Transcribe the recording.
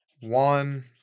one